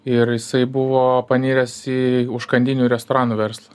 ir jisai buvo paniręs į užkandinių restoranų verslą